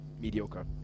mediocre